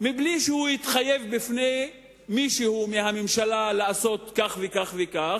מבלי שהוא התחייב בפני מישהו מהממשלה לעשות כך וכך וכך,